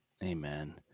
Amen